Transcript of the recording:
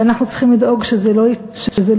אנחנו צריכים לדאוג שזה לא יקרה.